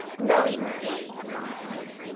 no indeede, master